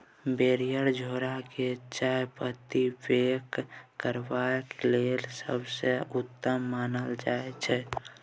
barrier झोरा केँ चाहपत्ती पैक करबा लेल सबसँ उत्तम मानल जाइ छै